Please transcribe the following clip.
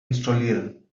installieren